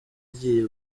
igiye